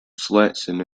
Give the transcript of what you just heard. selection